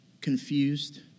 confused